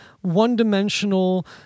one-dimensional